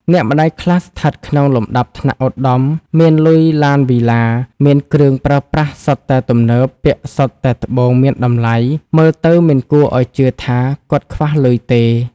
អ្នកម្ដាយខ្លះ ស្ថិតក្នុងលំដាប់ថ្នាក់ឧត្ដមមានលុយ ឡាន វីឡា មានគ្រឿងប្រើប្រាស់សុទ្ធតែទំនើប ពាក់សុទ្ធតែត្បូងមានតម្លៃ មើលទៅមិនគួរឲ្យជឿថា គាត់ខ្វះលុយទេ ។